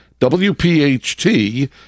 WPHT